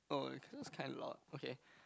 okay cause that was kind of loud